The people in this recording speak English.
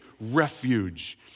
refuge